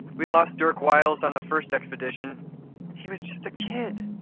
we lost dirk wiles on the first expedition he was just a kid.